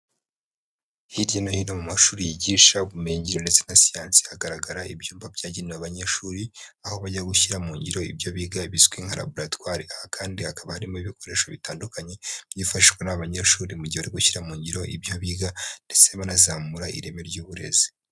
Hirya no hino mu mashuri yigisha ubumenyi ngiro ndetse na siyanensi hagaragara ibyumba byagenewe abanyeshuri, aho bajya gushyira mu ngiro ibyo biga bizwi nka laboratwari, aha kandi hakaba harimo ibikoresho bitandukanye, byifashishwa n'abanyeshuri mu gihe gushyira mu ngiro ibyo biga, ndetse banazamura ireme ry'uburezi.